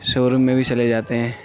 شو روم میں بھی چلے جاتے ہیں